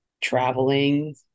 traveling